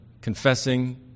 confessing